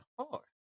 hard